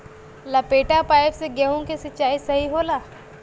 लपेटा पाइप से गेहूँ के सिचाई सही होला?